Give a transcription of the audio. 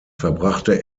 verbrachte